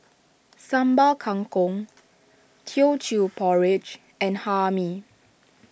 Sambal Kangkong Teochew Porridge and Hae Mee